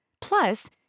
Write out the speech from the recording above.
Plus